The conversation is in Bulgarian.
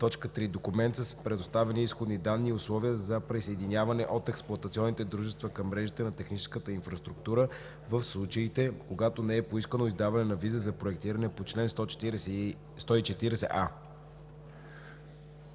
документ за предоставени изходни данни и условия за присъединяване от експлоатационните дружества към мрежите на техническата инфраструктура в случаите, когато не е поискано издаване на виза за проектиране по чл. 140а;“.“